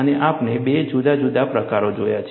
અને આપણે બે જુદા જુદા પ્રકારો જોયા છે